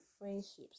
friendships